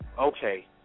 okay